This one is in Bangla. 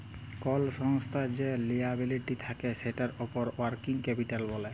কল সংস্থার যে লিয়াবিলিটি থাক্যে সেটার উপর ওয়ার্কিং ক্যাপিটাল ব্যলে